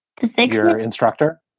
configure instructor.